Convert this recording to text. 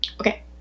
Okay